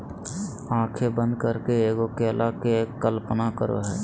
आँखें बंद करके एगो केला के कल्पना करहो